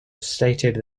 stated